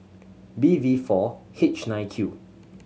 B V four H nine Q